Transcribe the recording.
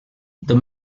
the